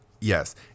Yes